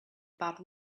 about